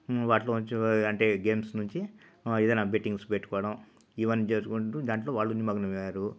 వాటిలో వచ్చే అంటే గేమ్స్ నుంచి ఏదైనా బెట్టింగ్స్ పెట్టుకోవడం ఇవన్నీ చేసుకుంటూ దాంట్లో వాళ్ళు దాంట్లో నిమగ్నమై నారు